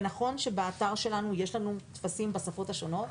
זה נכון שבאתר שלנו יש לנו טפסים בשפות השונות,